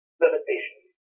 limitations